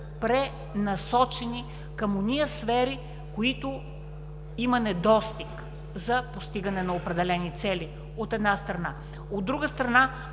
пренасочени към онези сфери, които има недостиг за постигане на определени цели, от една страна. От друга страна,